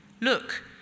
look